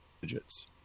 digits